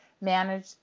manage